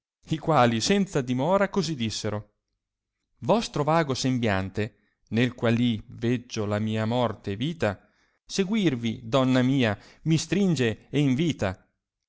i quali senza dimora così dissero vostro vago sembiante nel qua i veggio la mia morte e vita seguirvi donna mia mi stringe e invita